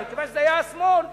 אבל מכיוון שזה היה השמאל ששלט,